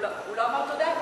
הוא לא אמר תודה?